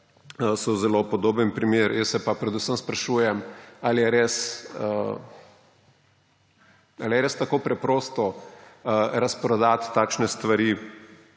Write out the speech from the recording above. so zelo podoben primer. Jaz se pa predvsem sprašujem, ali je res tako preprosto razprodati takšne stvari,